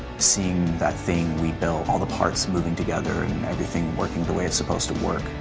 seeing that thing we built, all the parts moving together and everything working the way it's supposed to work.